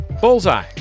Bullseye